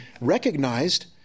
recognized